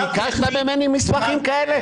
ביקשת ממני מסמכים כאלה?